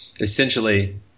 essentially